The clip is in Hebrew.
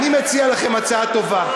אני מציע לכם הצעה טובה,